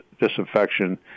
disinfection